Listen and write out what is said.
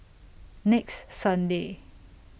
next Sunday